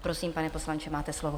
Prosím, pane poslanče, máte slovo.